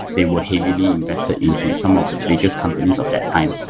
they were heavily invested into some of the biggest companies of that time.